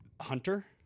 hunter